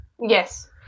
Yes